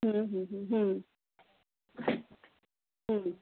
ହୁଁ ହୁଁ ହୁଁ ହୁଁ